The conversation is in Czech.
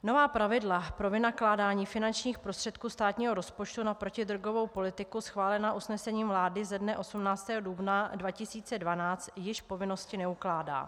Nová pravidla pro vynakládání finančních prostředků státního rozpočtu na protidrogovou politiku schválená usnesením vlády ze dne 18. dubna 2012 již povinnosti neukládá.